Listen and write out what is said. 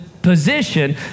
Position